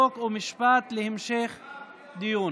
חוק ומשפט להמשך דיון.